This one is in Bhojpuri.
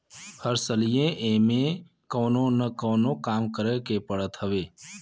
हर सलिए एमे कवनो न कवनो काम करे के पड़त हवे